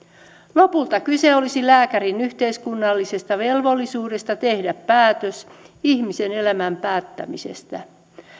lopulta kyse olisi lääkärin yhteiskunnallisesta velvollisuudesta tehdä päätös ihmisen elämän päättämisestä